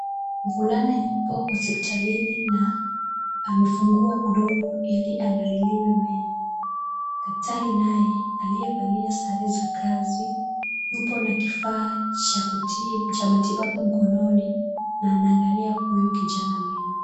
Mvulana yupo hospitalini na amefungua mdomo ili aangaliliwe meno. Daktari naye aliyevalia sare za kazi yupo na kifaa cha kutibu matibabu mkononi na anaangalia huyu kijana meno.